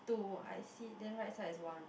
two I see then right side is one